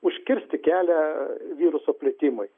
užkirsti kelią viruso plitimui